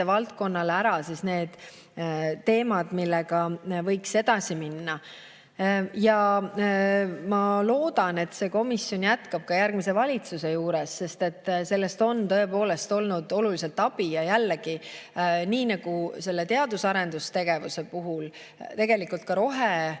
valdkonnale ära jaganud teemad, millega võiks edasi minna. Ma loodan, et see komisjon jätkab ka järgmise valitsuse juures, sest sellest on tõepoolest olnud olulist abi. Ja jällegi, nii nagu teadus- ja arendustegevuse puhul on tegelikult ka